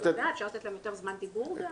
אפשר לתת להם יותר זמן דיבור גם.